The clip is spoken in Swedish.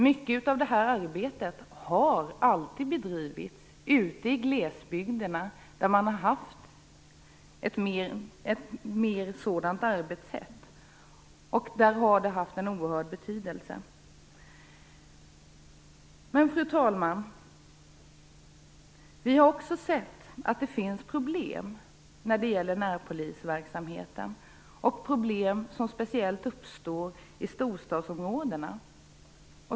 Mycket av detta arbete har alltid bedrivits ute i glesbygderna där man har haft ett arbetssätt som mer liknar detta, och där har det haft en oerhört stor betydelse. Fru talman! Vi har också sett att det finns problem när det gäller närpolisverksamheten, och det är problem som uppstår speciellt i storstadsområdena.